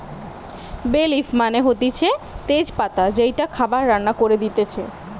বে লিফ মানে হতিছে তেজ পাতা যেইটা খাবার রান্না করে দিতেছে